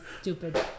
stupid